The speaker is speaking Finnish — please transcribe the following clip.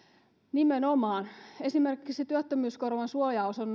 nimenomaan esimerkiksi työttömyysturvan suojaosan